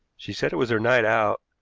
she said it was her night out,